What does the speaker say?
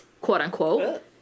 quote-unquote